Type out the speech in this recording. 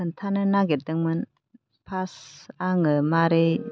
खोनथानो नागिरदोंमोन फार्स्ट आङो माबोरै